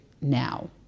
now